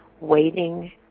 waiting